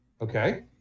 Okay